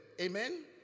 Amen